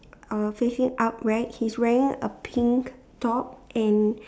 uh facing upright he's wearing a pink top and